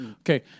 okay